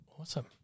Awesome